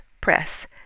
Press